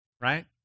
right